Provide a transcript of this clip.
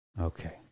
Okay